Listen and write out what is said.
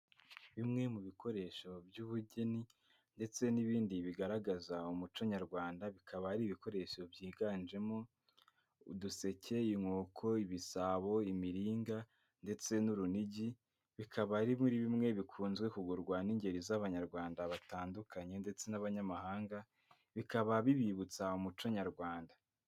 Bimwe mu bikoresho by'ubugeni ndetse n'ibindi bigaragaza umuco nyarwanda, bikaba ari ibikoresho byiganjemo: uduseke, inkoko, ibisabo, imiringa ndetse n'urunigi, bikaba ari muri bimwe bikunze kugurwa n'ingeri z'abanyarwanda batandukanye ndetse n'abanyamahanga, bikaba bibibutsa umuco nyarwanda.